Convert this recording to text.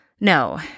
No